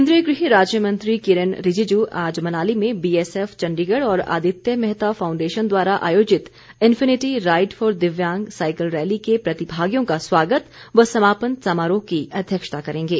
केन्द्रीय गृह राज्य मंत्री किरेन रिजिजू आज मनाली में बीएसएफ चंडीगढ और आदित्य मेहता फांउडेशन द्वारा आयोजित इनफिनिटी राइड फॉर दिव्यांग साईकल रैली के प्रतिभागियों का स्वागत व समापन समारोह की अध्यक्षता करेंगे